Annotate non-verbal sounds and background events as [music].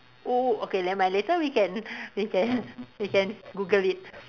oh okay never mind later we can [laughs] we can [laughs] we can Google it